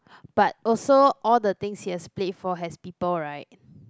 but also all the things he has played for has people right